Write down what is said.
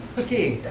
okay